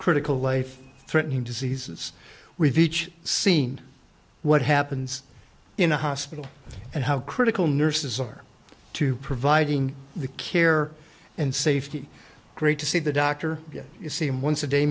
critical life threatening diseases we've each seen what happens in a hospital and how critical nurses are to providing the care and safety great to see the doctor if you see him once a day